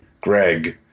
greg